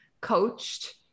coached